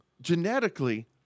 genetically